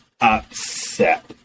upset